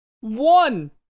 One